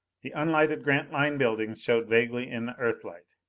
the unlighted grantline buildings showed vaguely in the earthlight.